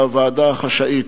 בוועדה החשאית,